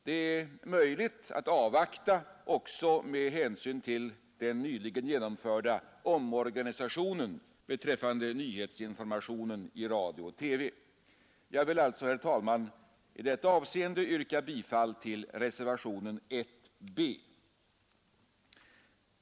Det är möjligt att avvakta detta också med hänsyn till den nyligen genomförda omorganisationen beträffande nyhetsinformationen i radio och TV. Jag vill alltså, herr talman, i detta avseende yrka bifall till reservationen 1b.